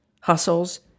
hustles